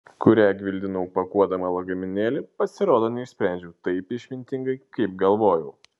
kurią gvildenau pakuodama lagaminėlį pasirodo neišsprendžiau taip išmintingai kaip galvojau